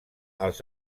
els